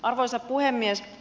arvoisa puhemies